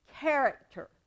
character